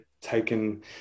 taken